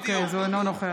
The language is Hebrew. אוקי, אז הוא אינו נוכח.